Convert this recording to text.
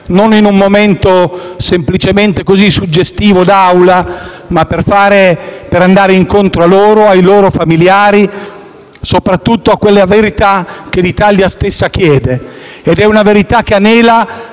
non in un momento semplicemente suggestivo d'Aula, ma per andare incontro a loro, ai loro familiari e soprattutto a quella verità che l'Italia stessa chiede. Ed è una verità a cui anelano